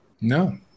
No